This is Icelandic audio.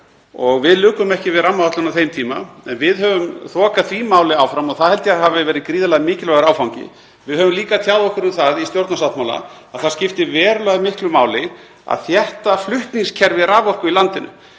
og við lukum ekki við rammaáætlun á þeim tíma. En við höfum þokað því máli áfram og það held ég að hafi verið gríðarlega mikilvægur áfangi. Við höfum líka tjáð okkur um það í stjórnarsáttmála að það skipti verulega miklu máli að þétta flutningskerfi raforku í landinu